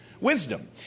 Wisdom